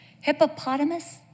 Hippopotamus